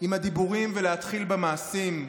עם הדיבורים ולהתחיל במעשים.